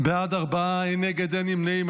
בעד, ארבעה, אין נגד, אין נמנעים.